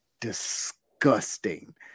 disgusting